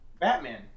Batman